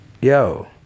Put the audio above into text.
yo